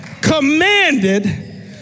commanded